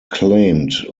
claimed